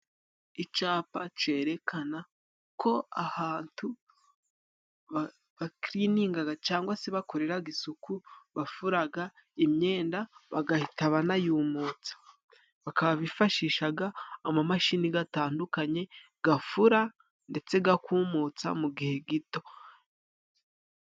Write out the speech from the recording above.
Icapa cerekana ko ahantu bakiliningaga cangwa se bakoreraga isuku, bafuraga imyenda bagahita banayumutsa, bakaba bifashishaga amamashini gatandukanye gafura ndetse gakumutsa mu gihe gito.